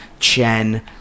chen